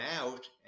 out